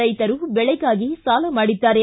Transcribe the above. ರೈತರು ಬೆಳೆಗಾಗಿ ಸಾಲ ಮಾಡಿದ್ದಾರೆ